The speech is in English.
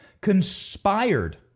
conspired